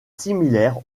similaire